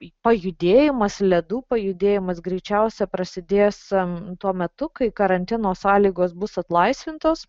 pajudėjimas ledų pajudėjimas greičiausia prasidės tuo metu kai karantino sąlygos bus atlaisvintos